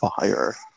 fire